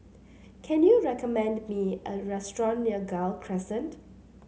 can you recommend me a restaurant near Gul Crescent